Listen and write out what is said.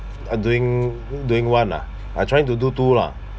uh doing doing one ah I trying to do two lah